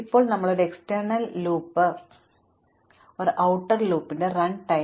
അതിനാൽ ഞങ്ങൾ കണ്ട ബാഹ്യ ലൂപ്പ് പ്രവർത്തി സമയം